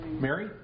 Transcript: Mary